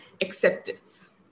acceptance